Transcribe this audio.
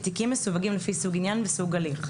תיקים מסווגים לפי סוג עניין וסוג הליך.